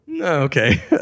Okay